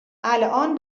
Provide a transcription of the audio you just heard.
الان